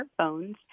smartphones